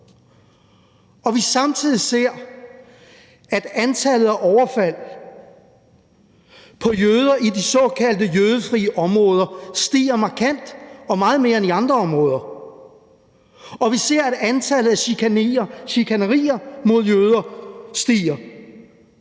og vi ser samtidig, at antallet af overfald på jøder i de såkaldte jødefri områder stiger markant og meget mere end i andre områder, og vi ser, at antallet af chikanerier mod jøder stiger,